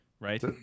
right